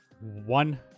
One